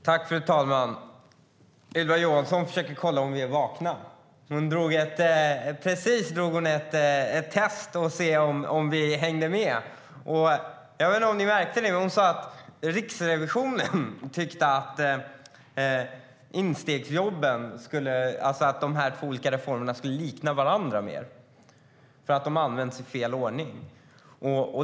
Fru talman! Ylva Johansson försöker kolla om vi är vakna. Hon gjorde precis ett test för att se om vi hängde med. Jag vet inte om ni märkte det. Men hon sa att Riksrevisionen tyckte att de två olika reformerna skulle likna varandra mer, för de används i fel ordning.